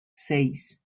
seis